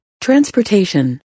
Transportation